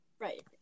Right